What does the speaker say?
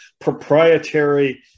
proprietary